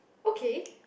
okay